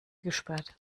gesperrt